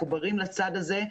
מחוברים לצד הזה.